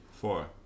Four